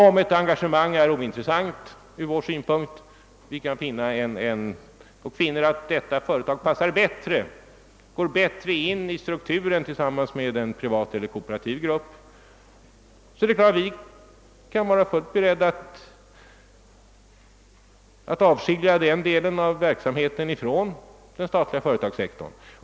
Om ett engagemang från vår synpunkt är ointressant och vi finner att detta företag går bättre in i näringslivets struktur tillsammans med en privat eller kooperativ grupp är vi fullt beredda att avskilja den delen av verksamheten från den statliga företagssektorn.